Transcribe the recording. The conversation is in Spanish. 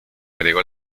agregó